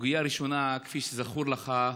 סוגיה ראשונה, כפי שזכור לך,